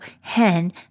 hen